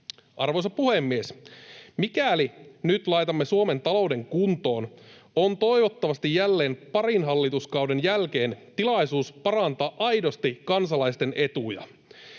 Arvoisa puhemies! Mikäli nyt laitamme Suomen talouden kuntoon, on toivottavasti jälleen parin hallituskauden jälkeen tilaisuus parantaa aidosti kansalaisten etuja.